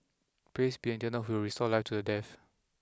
praise be the eternal who will restore life to the death